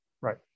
Right